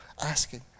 Asking